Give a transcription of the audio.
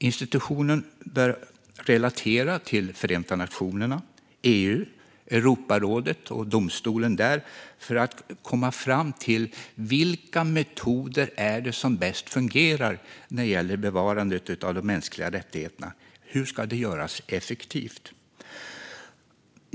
Institutet bör relatera till Förenta nationerna, EU, Europarådet och domstolen där för att komma fram till vilka metoder som bäst fungerar när det gäller bevarandet av de mänskliga rättigheterna. Hur ska det göras effektivt?